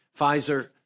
Pfizer